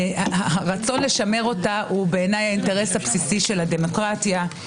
הרצון לשמר אותה הוא בעיניי האינטרס הבסיסי השל הדמוקרטיה.